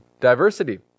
diversity